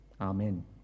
Amen